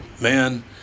Man